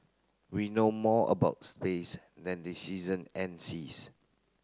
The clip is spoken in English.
we know more about space than the season and the seas